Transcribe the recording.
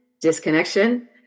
disconnection